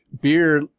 beer